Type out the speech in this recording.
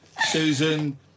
Susan